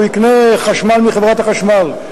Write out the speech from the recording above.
הוא יקנה חשמל מחברת החשמל,